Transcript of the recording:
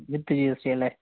വിത്ത് G S T അല്ലേ